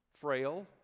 frail